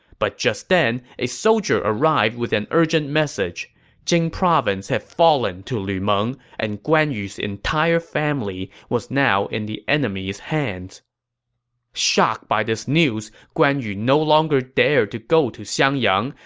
but just then, a soldier arrived with an urgent message jing province had fallen to lu meng, and guan yu's whole family was now in the enemy's hands shocked by this news, guan yu no longer dared to go to xiangyang,